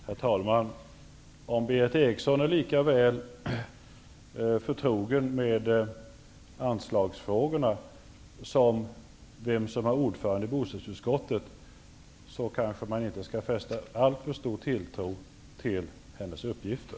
Herr talman! Om Berith Eriksson är lika väl förtrogen med anslagsfrågorna som när det gäller vem som är ordförande i bostadsutskottet kanske man inte skall fästa alltför stor tilltro till hennes uppgifter.